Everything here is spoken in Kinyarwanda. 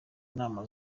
nama